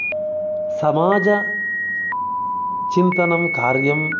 समाजचिन्तनं कार्यं